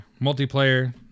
Multiplayer